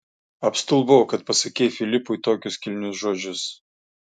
apstulbau kad pasakei filipui tokius kilnius žodžius